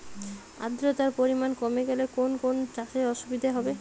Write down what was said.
আদ্রতার পরিমাণ কমে গেলে কোন কোন চাষে অসুবিধে হবে?